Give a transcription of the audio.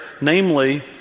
namely